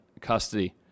custody